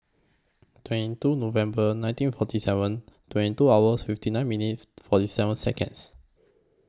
twenty two November nineteen forty seven twenty two hour fifty nine minutes forty seven Seconds